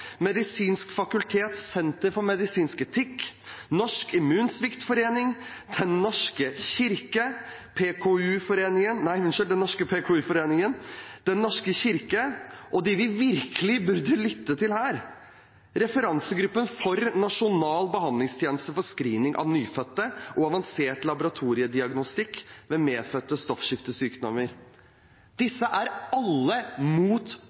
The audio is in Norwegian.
Medisinsk fakultet – Senter for medisinsk etikk, Norsk Immunsviktforening, Den Norske PKU forening, Den norske kirke og – dem vi virkelig burde lytte til her, referansegruppen for Nasjonal behandlingstjeneste for screening av nyfødte og avansert laboratoriediagnostikk ved medfødte stoffskiftesykdommer – er alle